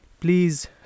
Please